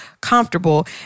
comfortable